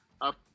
up